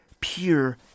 pure